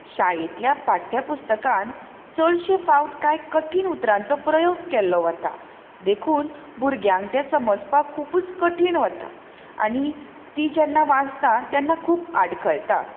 शाळेंतल्या पाठ्यपुस्तकांत चडशे फावट कांय कठीण उतरांचो प्रयोग केल्लो वता पूण भुरग्यांक तें समजपाक खुबूच कठीण वता तीं जेन्ना वाचतात तेन्ना खूब आडखळटा